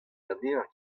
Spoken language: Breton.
anezhañ